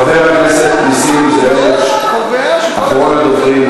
חבר הכנסת נסים זאב, אחרון הדוברים.